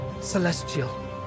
celestial